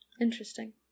Interesting